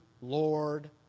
Lord